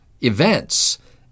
events